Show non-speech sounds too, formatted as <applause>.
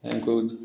<unintelligible>